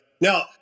Now